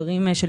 לא.